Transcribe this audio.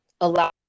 allow